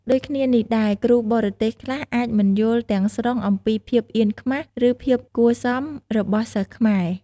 ដូចគ្នានេះដែរ គ្រូបរទេសខ្លះអាចមិនយល់ទាំងស្រុងអំពីភាពអៀនខ្មាស ឬភាពគួរសមរបស់សិស្សខ្មែរ។